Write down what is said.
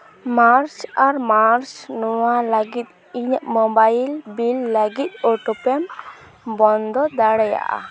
ᱢᱟᱨᱪ ᱟᱨ ᱢᱟᱨᱪ ᱱᱚᱣᱟ ᱞᱟᱹᱜᱤᱫ ᱤᱧᱟᱹᱜ ᱢᱳᱵᱟᱭᱤᱞ ᱵᱤᱞ ᱞᱟᱹᱜᱤᱫ ᱚᱴᱳᱯᱮᱢ ᱵᱚᱱᱫᱚ ᱫᱟᱲᱮᱭᱟᱜᱼᱟ